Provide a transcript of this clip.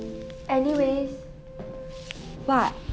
anyway what